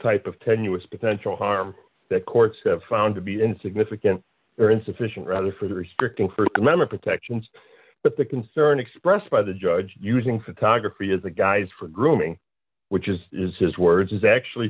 type of tenuous potential harm that courts have found to be insignificant or insufficient rather for the restricting st amendment protections but the concern expressed by the judge using photography as a guide for grooming which is is his words actually